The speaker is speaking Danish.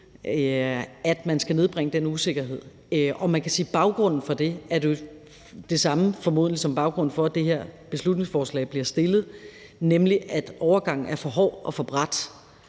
at man skal nedbringe den usikkerhed, og man kan sige, at baggrunden for det jo formodentlig er den samme som baggrunden for, at det her beslutningsforslag bliver fremsat, nemlig at overgangen er for hård og for brat.